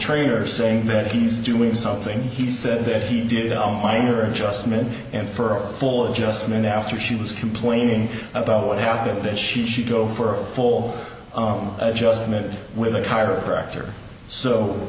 trainer saying that he's doing something he said that he did on minor adjustment and for a full adjustment after she was complaining about what happened that she should go for a full on adjustment with a chiropractor so